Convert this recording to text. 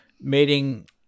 meeting